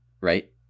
right